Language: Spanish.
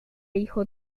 hijo